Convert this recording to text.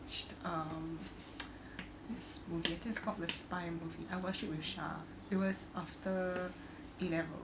um this movie I think it's called the spy movie I watched it with sha it was after A levels